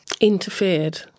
interfered